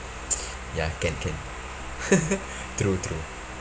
ya can can true true